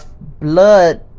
blood